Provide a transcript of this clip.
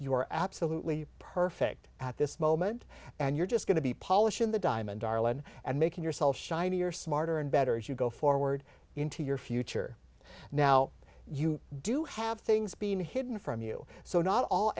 you are absolutely perfect at this moment and you're just going to be polishing the diamond and making yourself shiny or smarter and better as you go forward into your future now you do have things being hidden from you so not all